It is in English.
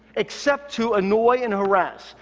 except to annoy and harass,